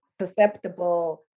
susceptible